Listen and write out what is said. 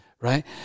right